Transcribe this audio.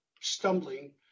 stumbling